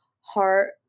heart